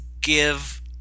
give